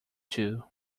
too